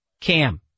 Cam